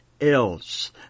else